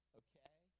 okay